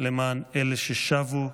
למען אלה ששבו,